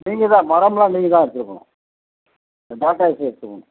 நீங்கள் தான் மரம்லாம் நீங்கள்தான் எடுத்துகிட்டு போணும் டாட்டா ஏஸ்ல எடுத்துகிட்டு போகணும்